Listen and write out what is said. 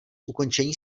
ukončení